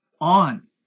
on